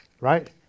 right